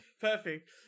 perfect